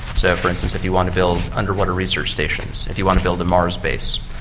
so, for instance, if you want to build underwater research stations, if you want to build a mars base,